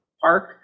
Park